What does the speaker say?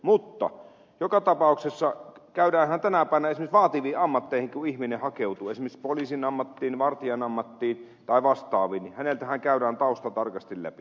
mutta joka tapauksessa tänä päivänä kun ihminen hakeutuu vaativiin ammatteihin esimerkiksi poliisin ammattiin vartijan ammattiin tai vastaaviin häneltähän käydään tausta tarkasti läpi